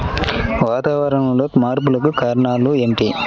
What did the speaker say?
వాతావరణంలో మార్పులకు కారణాలు ఏమిటి?